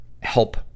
help